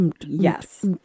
yes